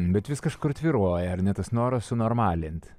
bet vis kažkur tvyro ar ne tas noras sunormalint